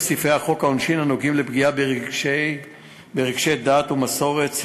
בסעיפי העונשין הנוגעים בפגיעה ברגשי דת ומסורת,